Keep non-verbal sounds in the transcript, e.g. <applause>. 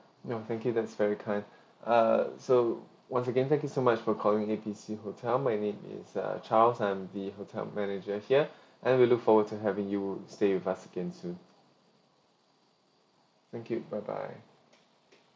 no thank you that's very kind uh so once again thank you so much for calling A B C hotel my name is uh charles and I'm the hotel manager here <breath> and we look forward to having you stay with us again soon thank you bye bye